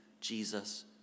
Jesus